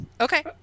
Okay